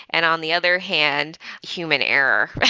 and on the other hand human error.